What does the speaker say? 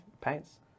Paints